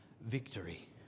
victory